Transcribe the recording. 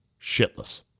shitless